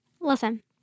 Listen